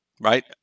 Right